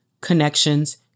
connections